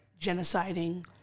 genociding